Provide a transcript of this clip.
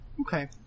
okay